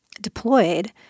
deployed